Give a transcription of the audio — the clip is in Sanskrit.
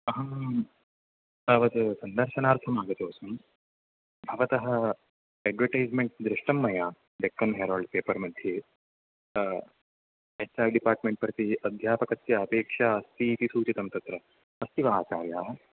अहं तावत् सन्दर्शनार्थं आगतोस्मि भवतः अड्वेटैस्मेण्ट् दृष्टं मया डेक्कन् हेरोल्ड् पेपर् मध्ये एच् आर् डिपार्टमण्ट् प्रति अध्यापकस्य अपेक्षा अस्ति इति सूचितं तत्र अस्ति वा आचार्याः